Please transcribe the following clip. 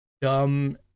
dumb